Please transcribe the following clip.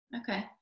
Okay